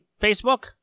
Facebook